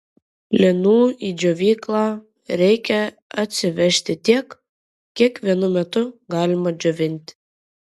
linų į džiovyklą reikia atsivežti tiek kiek vienu metu galima džiovinti